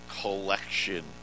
collection